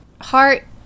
heart